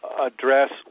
address